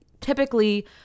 typically